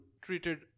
treated